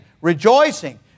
rejoicing